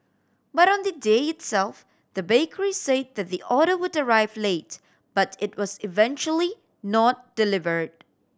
but on the day itself the bakery say that the order would arrive late but it was eventually not delivered